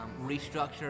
restructure